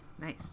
Nice